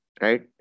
right